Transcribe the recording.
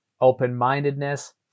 Open-mindedness